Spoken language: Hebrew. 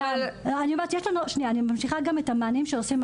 אני אמשיך עם המענים שעושים,